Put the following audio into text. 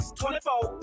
24